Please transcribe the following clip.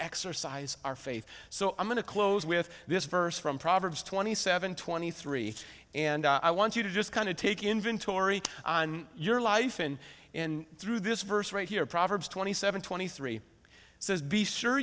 exercise our faith so i'm going to close with this verse from proverbs twenty seven twenty three and i want you to just kind of take inventory on your life and in through this verse right here proverbs twenty seven twenty three says be sure